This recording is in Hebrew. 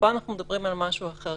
פה אנחנו מדברים על משהו אחר,